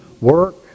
work